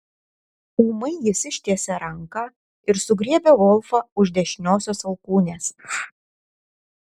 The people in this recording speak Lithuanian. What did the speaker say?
ūmai jis ištiesė ranką ir sugriebė volfą už dešiniosios alkūnės